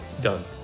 done